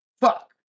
Fuck